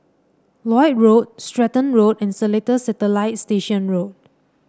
Lloyd Road Stratton Road and Seletar Satellite Station Road